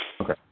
Okay